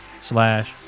slash